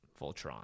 Voltron